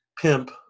Pimp